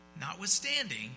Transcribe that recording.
Notwithstanding